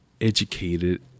educated